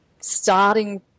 starting